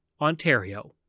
Ontario